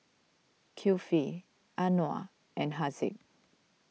Kifli Anuar and Haziq